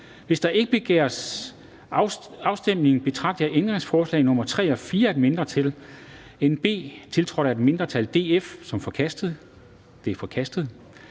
Hvis ikke afstemning begæres, betragter jeg ændringsforslag nr. 6 af et mindretal (DF), tiltrådt af et mindretal (NB), som forkastet. Det er forkastet.